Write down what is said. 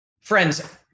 Friends